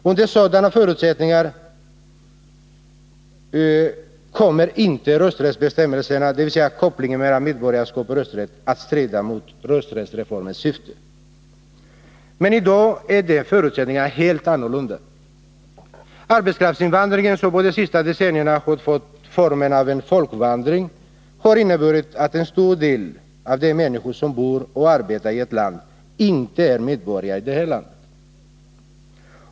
Under sådana förutsättningar kommer inte rösträttsbestämmelserna, dvs. kopplingen mellan medborgarskap och rösträtt, att strida mot rösträttsreformens syfte. Men i dag är de förutsättningarna helt annorlunda. Arbetskraftsinvandringen, som under de senaste decennierna har fått formen av en folkvandring, har inneburit att en stor del av de människor som bor och arbetar i ett land inte är medborgare i det här landet.